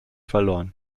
verloren